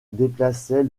déplaçait